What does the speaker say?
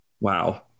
wow